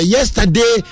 Yesterday